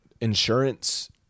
Insurance